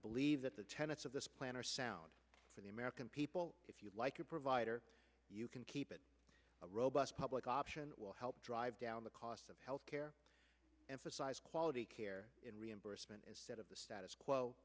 believe that the tenets of this plan are sound for the american people if you like your provider you can keep it a robust public option will help drive down the cost of health care emphasize quality care in reimbursement instead of the status quo